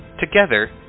Together